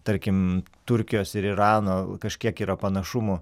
tarkim turkijos ir irano kažkiek yra panašumų